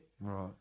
Right